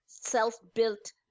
self-built